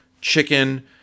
chicken